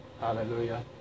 Hallelujah